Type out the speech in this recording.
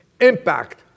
impact